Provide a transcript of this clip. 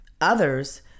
Others